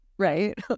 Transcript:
Right